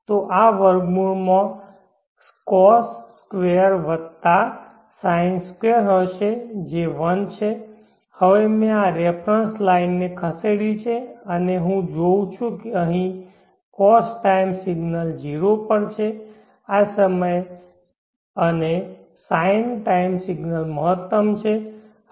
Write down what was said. તો આ વર્ગમૂળ માં cos સ્ક્વેર વત્તા sine સ્ક્વેર હશે જે 1 છે હવે મેં આ રેફરન્સ લાઈનને ખસેડી છે અને હું જોઉં છું કે અહીં cos ટાઇમ સિગ્નલ 0 પર છે આ સમયે અને sine ટાઇમ સિગ્નલ મહત્તમ છે